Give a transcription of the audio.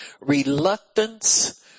Reluctance